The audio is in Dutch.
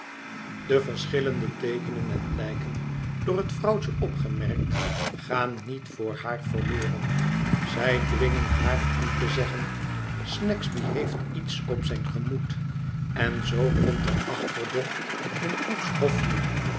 de verschillende teeltenen en blijken door het vrouwtje opgemerkt gaan niet voor haar verloren zij dwingenhaar om te zeggen snagsby heeft iets op zijn gemoed en zoo komt er achterdocht in cook's hofje